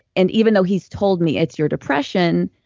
and even though he's told me it's your depression,